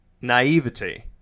naivety